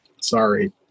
sorry